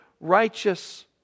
righteous